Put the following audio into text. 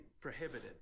prohibited